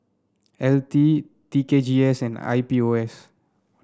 L T T K G S and I P O S